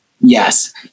Yes